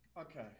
Okay